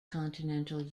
continental